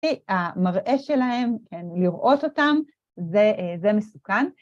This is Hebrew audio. המראה שלהם, לראות אותם, זה מסוכן.